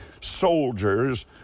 soldiers